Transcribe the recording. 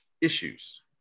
issues